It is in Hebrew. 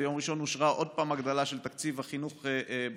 ביום ראשון אושרה עוד פעם הגדלה של תקציב החינוך בממשלה,